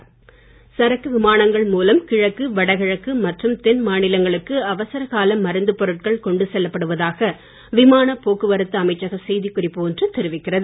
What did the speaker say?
civil aviation சரக்கு விமானங்கள் மூலம் கிழக்கு வடகிழக்கு மற்றும் தென் மாநிலங்களுக்கு அவசர கால மருந்துப் பொருட்கள் கொண்டு செல்லப்படுவதாக விமான போக்குவரத்து அமைச்சக செய்திக் குறிப்பு ஒன்று தெரிவிக்கிறது